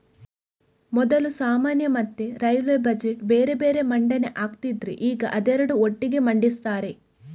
ಮೊದಲು ಸಾಮಾನ್ಯ ಮತ್ತೆ ರೈಲ್ವೇ ಬಜೆಟ್ ಬೇರೆ ಬೇರೆ ಮಂಡನೆ ಆಗ್ತಿದ್ರೆ ಈಗ ಅದೆರಡು ಒಟ್ಟಿಗೆ ಮಂಡಿಸ್ತಾರೆ